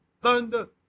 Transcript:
thunder